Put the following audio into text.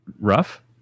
Rough